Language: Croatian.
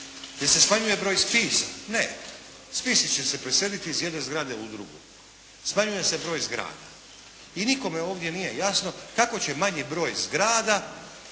Jel' se smanjuje broj spisa? Ne! Spisi će se preseliti iz jedne zgrade u drugu, smanjuje se broj zgrada. I nikome ovdje nije jasno kako će manji broj zgrada